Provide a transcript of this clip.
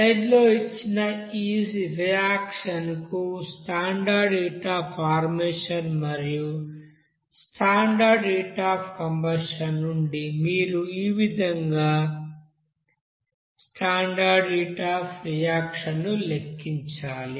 స్లైడ్లో ఇచ్చిన ఈ రియాక్షన్ కు స్టాండర్డ్ హీట్ అఫ్ ఫార్మేషన్ మరియు స్టాండర్డ్ హీట్ అఫ్ కంబషన్ నుండి మీరు ఈ క్రింది విధంగా స్టాండర్డ్ హీట్ అఫ్ రియాక్షన్ ను లెక్కించాలి